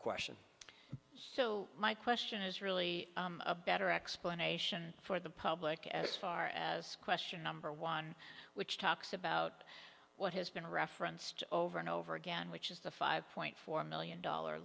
question so my question is really a better explanation for the public as far as question number one which talks about what has been referenced over and over again which is the five point four million dollar